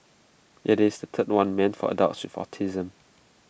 IT is the third one meant for adults with autism